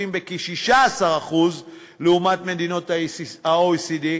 זולים בכ-16% לעומת מדינות ה-OECD ,